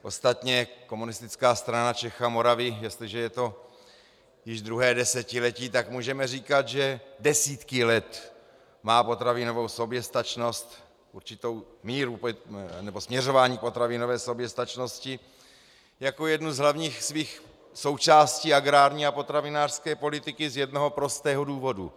Ostatně Komunistická strana Čech a Moravy, jestliže je to již druhé desetiletí, tak můžeme říkat, že desítky let má potravinovou soběstačnost, směřování k potravinové soběstačnosti, jako jednu ze svých hlavních součástí agrární a potravinářské politiky z jednoho prostého důvodu.